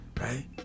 right